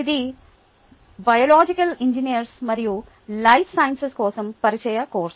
ఇది biological engineers మరియు life sciences కోసం పరిచయ కోర్సు